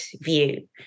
view